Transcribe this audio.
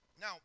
Now